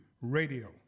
Radio